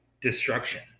destruction